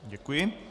Děkuji.